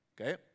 okay